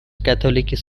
catholic